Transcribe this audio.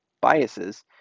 biases